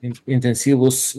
ir intensyvūs